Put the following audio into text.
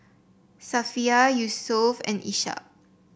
Safiya Yusuf and Ishak